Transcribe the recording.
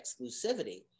exclusivity